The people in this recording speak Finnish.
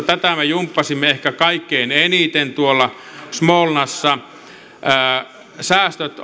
tätä koulutusta me jumppasimme ehkä kaikkein eniten tuolla smolnassa säästöt